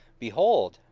behold,